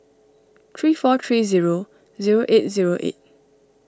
three four three zero zero eight zero eight